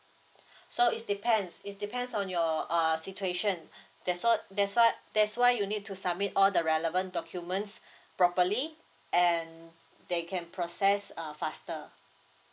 so it depends it depends on your err situation that's why that's why that's why you need to submit all the relevant documents properly and they can process err faster